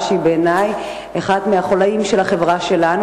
שהיא בעיני אחד מהחוליים של החברה שלנו,